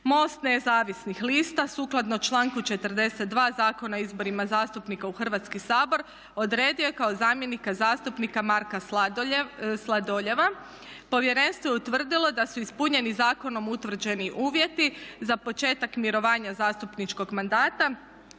MOST nezavisnih lista sukladno članku 42. Zakona o izborima zastupnika u Hrvatski sabor odredio je kao zamjenika zastupnika Marka Sladoljev. Povjerenstvo je utvrdilo da su ispunjeni zakonom utvrđeni uvjeti za početak mirovanja zastupničkom mandata